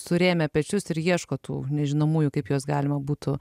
surėmę pečius ir ieško tų nežinomųjų kaip juos galima būtų